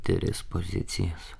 tris pozicijas